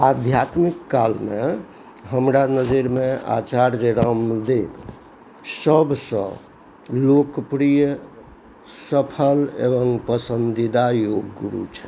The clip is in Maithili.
आध्यात्मिक कालमे हमरा नजरिमे आचार्य रामदेव सबसँ लोकप्रिय सफल एवम पसन्दीदा योगगुरु छथि